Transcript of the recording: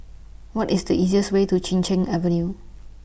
What IS The easiest Way to Chin Cheng Avenue